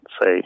say